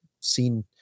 seen